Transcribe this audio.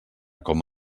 com